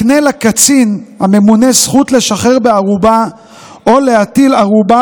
מקנה לקצין הממונה זכות לשחרר בערובה או להטיל ערובה